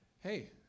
Hey